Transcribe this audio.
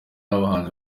abahanzi